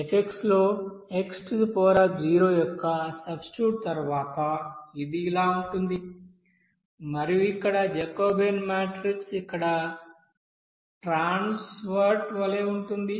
F లో x యొక్క substitute తర్వాత ఇది ఇలా ఉంటుంది మరియు ఇక్కడ జాకోబియన్ మాట్రిక్ ఇక్కడ ట్రాన్స్పోర్ట్ వలె ఉంటుంది